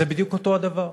זה בדיוק אותו הדבר.